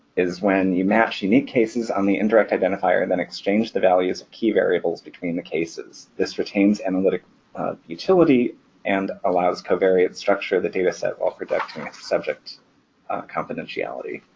is when you match unique cases on the indirect identifier then exchange the values of key variables between the cases. this retains analytic utility and allows covariate structure the data set while protecting subject confidentiality.